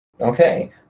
Okay